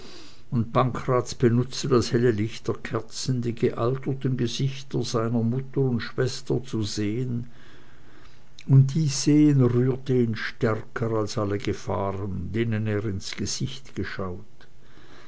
und pankraz benutzte das helle licht der kerzen die gealterten gesichter seiner mutter und schwester zu sehen und dies sehen rührte ihn stärker als alle gefahren denen er ins gesicht geschaut